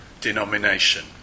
denomination